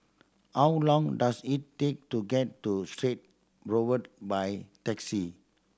how long does it take to get to Strait Boulevard by taxi